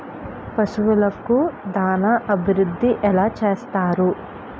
పశువులకు దాన అభివృద్ధి ఎలా చేస్తారు?